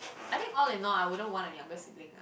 I think all in all I wouldn't want a younger sibling ah